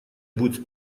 будет